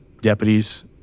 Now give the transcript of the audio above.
deputies